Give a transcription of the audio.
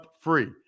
free